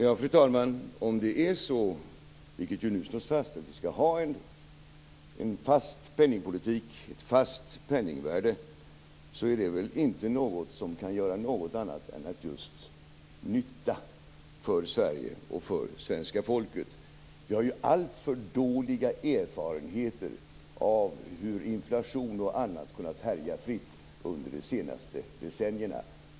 Fru talman! Om det nu slås fast att vi skall ha en fast penningpolitik, ett fast penningvärde så är det väl inte något som kan göra något annat än just nytta för Sverige och för svenska folket. Vi har alltför dåliga erfarenheter av hur inflation och annat kunnat härja fritt under de senaste decennierna.